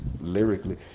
lyrically